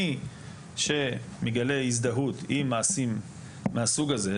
מי שמגלה הזדהות עם מעשים מהסוג הזה,